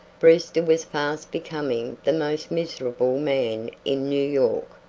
brewster was fast becoming the most miserable man in new york.